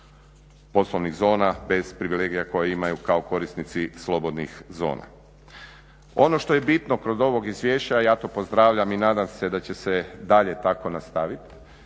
poslovnih zona bez privilegija koje imaju kao korisnici slobodnih zona. Ono što je bitno kod ovog izvješća, ja to pozdravljam i nadam se da će se dalje tako nastaviti,